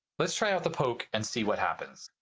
let's try out the poke and see what happens.